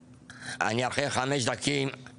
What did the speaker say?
אני אחרי חמש דקות יכול להיחנק,